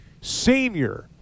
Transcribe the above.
Senior